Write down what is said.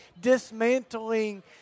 dismantling